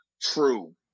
true